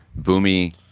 Boomy